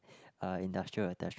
uh industrial attach